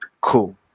cool